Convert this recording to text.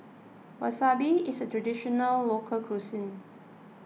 Wasabi is a Traditional Local Cuisine